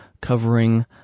covering